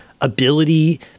ability